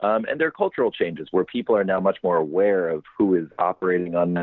um and their cultural changes where people are now much more aware of who is operating on them,